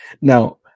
Now